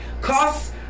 costs